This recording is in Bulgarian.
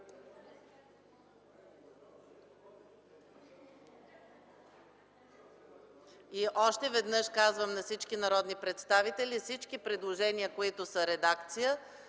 Още веднъж казвам на всички народни представители – всички предложения, които са редакционни,